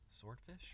Swordfish